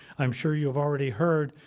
i'm sure you have already heard,